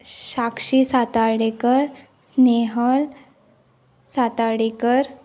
Sakshi Satadekar Snehal Satadekar